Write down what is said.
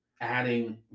adding